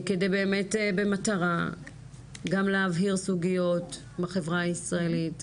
במטרה גם להבהיר סוגיות בחברה הישראלית,